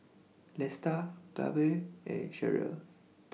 Lesta Babe and Cherelle